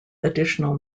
additional